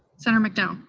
senator mcdowell?